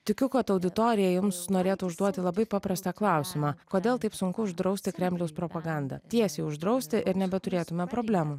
tikiu kad auditorija jums norėtų užduoti labai paprastą klausimą kodėl taip sunku uždrausti kremliaus propagandą tiesiai uždrausti ir nebeturėtume problemų